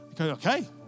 Okay